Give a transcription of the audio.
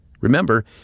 Remember